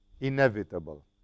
inevitable